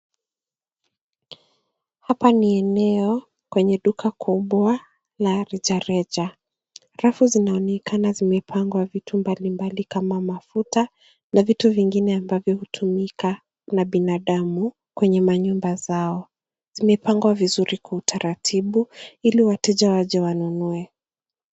Hapa ni eneo kwenye duka kubwa la rejareja. Rafu zinaonekana zimepangwa vitu mbalimbali kama mafuta na vitu vingine ambavyo hutumika na binadamu kwenye manyumba zao. Zimepangwa vizuri kwa utaratibu ili wateja waje wanunue.